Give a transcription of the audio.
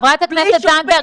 חברת הכנסת זנדברג,